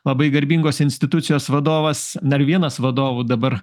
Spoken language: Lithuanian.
labai garbingos institucijos vadovas dar vienas vadovų dabar